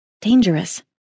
Dangerous